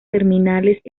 terminales